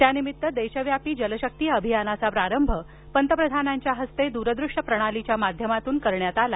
त्यानिमित्त देशव्यापी जलशक्ती अभियानाचा प्रारंभ त्यांच्या हस्ते दूरदृश्य प्रणालीच्या माध्यमातून करण्यात आला